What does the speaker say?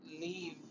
leave